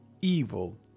evil